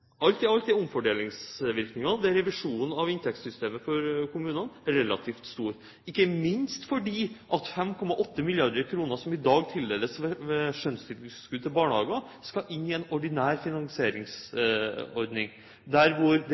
Alt i alt er omfordelingsvirkningene av revisjonen av inntektssystemet for kommunene relativt store, ikke minst fordi 5,8 mrd. kr som i dag tildeles ved skjønnstilskudd til barnehager, skal inn i en ordinær finansieringsordning hvor det